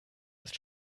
ist